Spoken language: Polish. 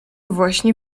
właśnie